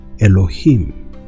Elohim